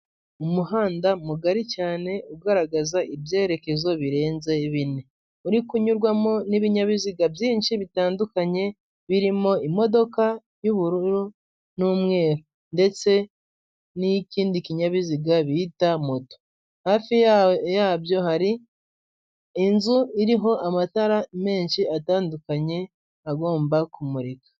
Umuhanda mugari cyane ugaragaza ibyerekezo birenze bine uri kunyurwamo n'ibinyabiziga byinshi bitandukanye birimo imodoka y'ubururu n'umweru ndetse n'ikindi kinyabiziga bita moto hafi yabyo hari inzu iriho amatara menshi atandukanye agomba kumurika .